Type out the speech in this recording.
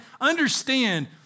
understand